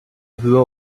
höher